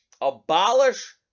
Abolish